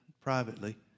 privately